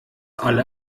alle